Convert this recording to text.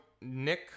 Nick